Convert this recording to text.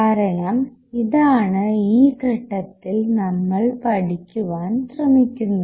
കാരണം ഇതാണ് ഈ ഘട്ടത്തിൽ നമ്മൾ പഠിക്കുവാൻ ശ്രമിക്കുന്നത്